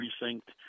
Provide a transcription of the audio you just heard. precinct